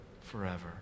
forever